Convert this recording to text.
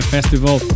Festival